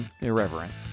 irreverent